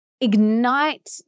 ignite